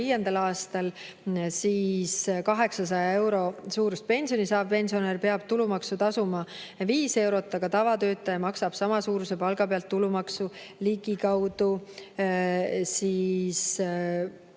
aastal 800 euro suurust pensioni saav pensionär peab tulumaksu tasuma 5 eurot, aga tavatöötaja maksab sama suure palga pealt tulumaksu ligikaudu 44